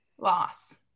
loss